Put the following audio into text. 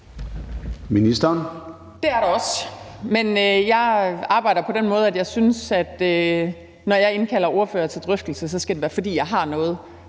Det er der også, men jeg arbejder på den måde, at når jeg indkalder ordførere til drøftelse, skal det være, fordi jeg har noget